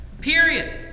Period